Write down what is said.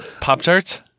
Pop-Tarts